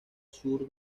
sur